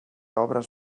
obres